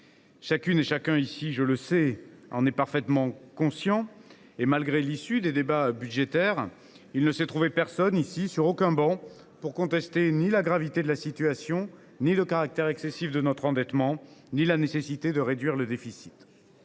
Chacune et chacun ici – je le sais – en est parfaitement conscient. Malgré l’issue des débats budgétaires, il ne s’est trouvé personne, sur quelque travée que ce soit, pour contester la gravité de la situation, le caractère excessif de notre endettement ou la nécessité de réduire le déficit.